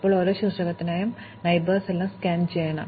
ഇപ്പോൾ ഓരോ ശീർഷകത്തിനും അയൽവാസികളെയെല്ലാം ഞങ്ങൾ സ്കാൻ ചെയ്യണം